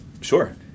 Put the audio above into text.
Sure